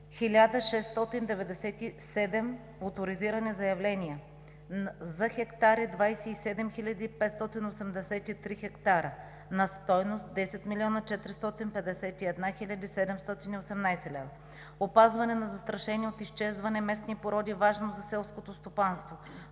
1697 оторизирани заявления за хектари, 27 583 хектара на стойност 10 млн. 451 хил. 718 лв.; - опазване на застрашени от изчезване местни породи, важни за селското стопанство: